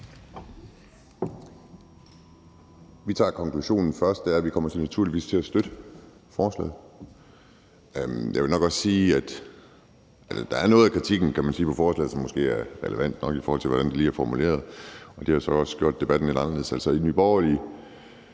Vi tager konklusionen først, og den er, at vi naturligvis kommer til at støtte forslaget. Jeg vil nok sige, at der er noget af kritikken af forslaget, som måske er relevant nok, i forhold til hvordan det lige er formuleret, og det har så også gjort debatten lidt anderledes.